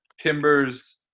Timbers